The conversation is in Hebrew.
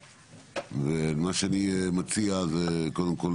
ומה שאני מציע זה קודם כל